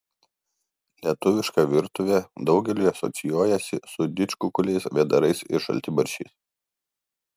lietuviška virtuvė daugeliui asocijuojasi su didžkukuliais vėdarais ir šaltibarščiais